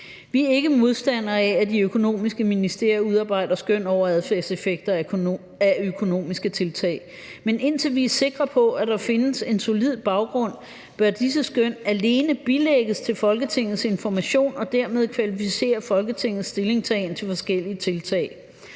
Vi er ikke modstandere af, at de økonomiske ministerier udarbejder skøn over adfærdseffekter af økonomiske tiltag. Men indtil vi er sikre på, at der findes en solid baggrund, bør disse skøn alene bilægges til Folketingets information og dermed kvalificere Folketingets stillingtagen til forskellige tiltag.